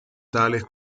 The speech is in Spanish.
tales